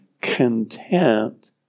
content